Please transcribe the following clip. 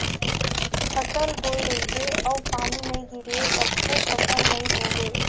फसल बोए रहिबे अउ पानी नइ गिरिय तभो फसल नइ होवय